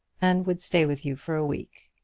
and would stay with you for a week.